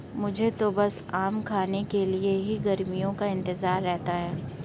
मुझे तो बस आम खाने के लिए ही गर्मियों का इंतजार रहता है